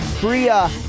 Bria